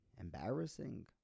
embarrassing